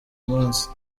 munsi